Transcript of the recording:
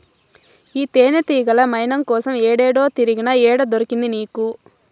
ఈ తేనెతీగల మైనం కోసం ఏడేడో తిరిగినా, ఏడ దొరికింది నీకు